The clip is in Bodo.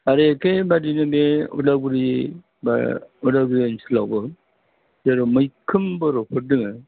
आरो एखेबायदिनो उदालगुरि बा उदालगुरि ओनसोलावबो जेराव मैखोम बर'फोर दङ